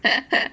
eh